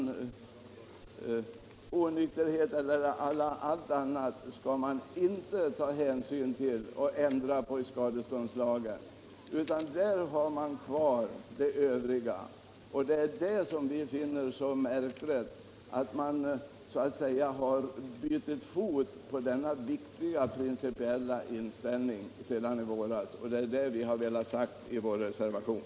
Något annat skall enligt förslaget inte föranleda ändring i skadeståndslagen. Vi reservanter finner det märkligt att man bytt fot i denna viktiga principiella inställning sedan i våras. Det är det som vi har velat påpeka i vår reservation.